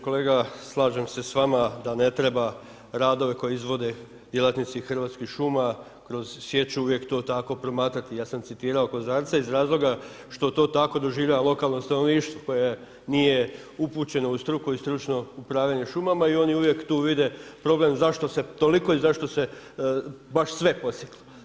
Kolega, slažem se s vama dane treba radove koje izvode djelatnici Hrvatskih šuma kroz sječu uvijek to tako promatrati, ja sam citirao Kozarca iz razloga što to tako doživljava lokalno stanovništvo koje nije upućeno u struku i stručno upravljanje šumama i oni uvijek tu vide problem zašto se toliko i zašto se baš sve posjeklo.